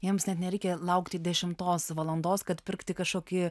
jiems net nereikia laukti dešimtos valandos kad pirkti kažkokį